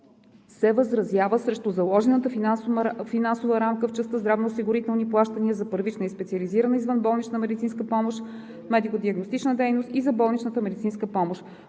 се възразява срещу заложената финансова рамка в частта здравноосигурителни плащания за първична и специализирана извънболнична медицинска помощ, медико-диагностична дейност и за болнична медицинска помощ.